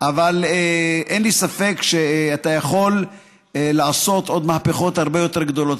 אבל אין לי ספק שאתה יכול לעשות מהפכות עוד הרבה יותר גדולות.